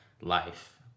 life